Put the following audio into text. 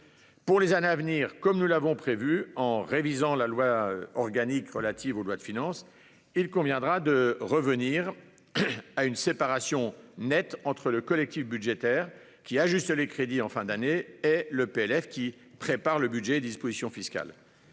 Pour les années à venir, comme nous l'avons prévu en révisant la loi organique relative aux lois de finances, il conviendra de revenir à une séparation nette entre le collectif budgétaire qui ajuste les crédits en fin d'année et le projet de loi de finances qui prépare le budget et les dispositions fiscales